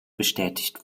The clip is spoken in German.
bestätigt